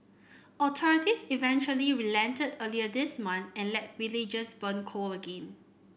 authorities eventually relented earlier this month and let villagers burn coal again